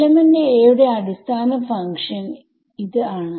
element aയുടെ അടിസ്ഥാന function ആണ്